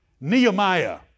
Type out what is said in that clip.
Nehemiah